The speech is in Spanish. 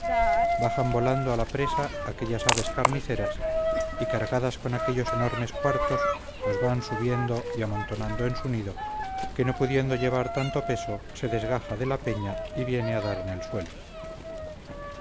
bajan volando a la presa aquellas aves carniceras y cargadas con aquellos enormes cuartos los van subiendo y amontonando en su nido que no pudiendo llevar tanto peso se desgaja de la peña y viene a dar en el suelo